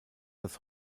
das